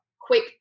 quick